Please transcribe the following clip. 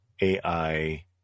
AI